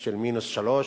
של 3% ,